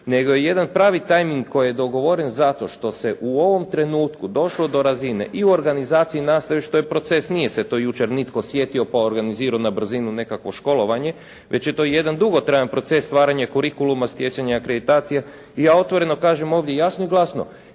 nego je jedan pravi tajming koji je dogovoren zato što se u ovom trenutku došlo do razine i u organizaciji nastave što je proces, nije se to jučer nitko sjetio pa organizirao na brzinu nekakvo školovanje, već je to jedan dugotrajan proces stvaranja kurikuluma, stjecanja akreditacije. I ja otvoreno kažem ovdje jasno i glasno,